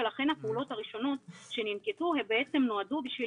ולכן הפעולות הראשונות שננקטו נועדו בשביל